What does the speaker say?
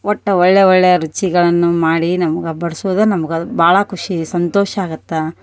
ಒಟ್ಟು ಒಳ್ಳೆಯ ಒಳ್ಳೆಯ ರುಚಿಗಳನ್ನು ಮಾಡಿ ನಮಗೂ ಬಡಸುದ ನಮಗ ಅದು ಭಾಳ ಖುಷಿ ಸಂತೋಷ ಆಗತ್ತ